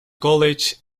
college